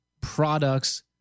products